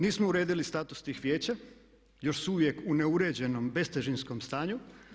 Nismo uredili status tih vijeća, još su uvijek u neuređenom bestežinskom stanju.